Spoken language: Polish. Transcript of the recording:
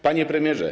Panie Premierze!